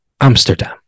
Amsterdam